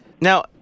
Now